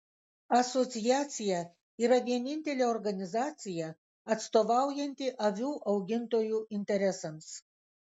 asociacija yra vienintelė organizacija atstovaujanti avių augintojų interesams